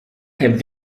had